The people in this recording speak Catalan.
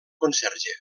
conserge